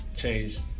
changed